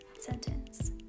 sentence